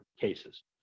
cases